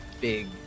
big